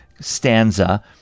stanza